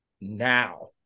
now